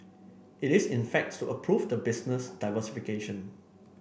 it is in fact to approve the business diversification